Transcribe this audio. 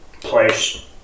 Place